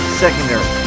secondary